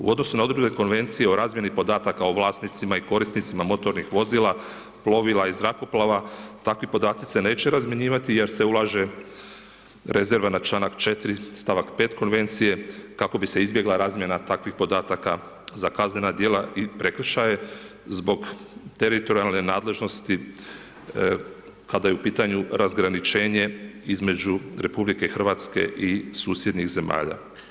U odnosu na odredbe Konvencije o razmjeni podataka o vlasnicima i korisnicima motornih vozila, plovila i zrakoplova, takvi podaci se neće razmjenjivati jer se ulaže rezerva na čl. 4 st. 5 Konvencije, kako bi se izbjegla razmjena takvih podataka za kaznena djela i prekršaje, zbog teritorijalne nadležnosti kada je u pitanju razgraničenje između RH i susjednih zemalja.